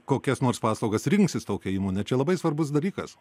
kokias nors paslaugas rinksis tokią įmonę čia labai svarbus dalykas